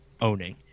owning